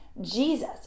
Jesus